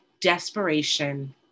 Desperation